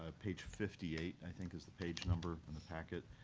ah page fifty eight, i think, is the page number in the packet.